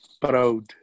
proud